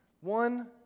One